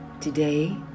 Today